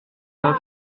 neuf